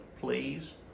please